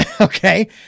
Okay